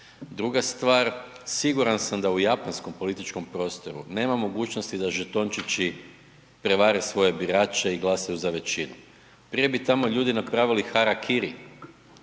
Druga stvar, siguran sam da u japanskom političkom prostoru nema mogućnosti da žetončići prevare svoje birače i glasaju za većinu. Prije bi tamo napravili harakiri